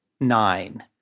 nine